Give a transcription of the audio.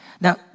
Now